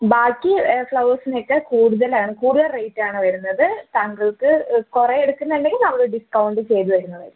ബാക്കി ഫ്ലവേഴ്സിനൊക്കെ കൂടുതലാണ് കൂടുതൽ റേറ്റാണ് വരുന്നത് താങ്കൾക്ക് കുറെ എടുക്കുന്നെങ്കിൽ നമ്മൾ ഡിസ്കൗണ്ട് ചെയ്തു തരുന്നതായിരിക്കും